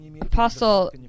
Apostle